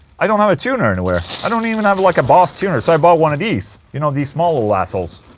i don't have a tuner anywhere, i don't even have like a boss tuner, so i bought one of these you know, these small little assholes